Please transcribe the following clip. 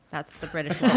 that's the british